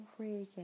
Freaking